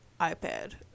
ipad